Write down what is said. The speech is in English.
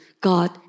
God